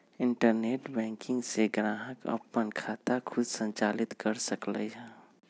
internet banking से ग्राहक अप्पन खाता खुद संचालित कर सकलई ह